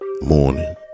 Morning